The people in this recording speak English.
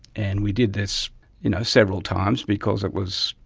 and we did this you know several times because it was,